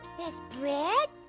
there's bread,